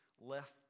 left